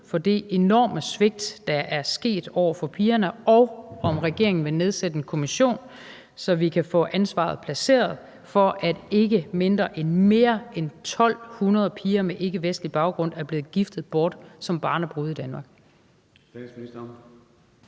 for det enorme svigt, der er sket over for pigerne, og om regeringen vil nedsætte en kommission, så vi kan få ansvaret placeret for, at ikke færre end 1.200 piger med ikkevestlig baggrund er blevet giftet bort som barnebrude i Danmark.